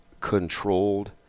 controlled –